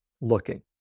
looking